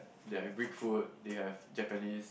they have Greek food they have Japanese